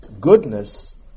goodness